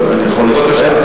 אני יכול לסרב?